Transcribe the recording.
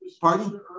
Pardon